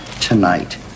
tonight